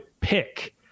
pick